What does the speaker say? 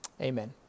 Amen